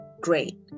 great